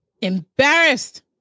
embarrassed